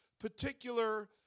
particular